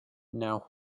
now